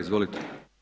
Izvolite.